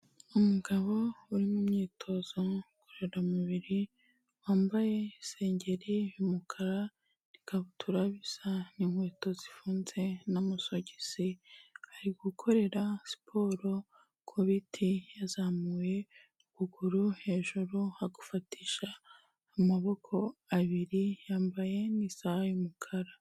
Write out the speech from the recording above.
Umugabo uri mu myitozo ngororamubiri, wambaye isengeri y'umukara n'ikabutura bisa n'inkweto zifunze n'amasogisi, ari gukorera siporo ku biti, yazamuye ukuguru hejuru, agafatisha amaboko abiri, yambaye isaha y'umukara.